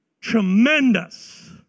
Tremendous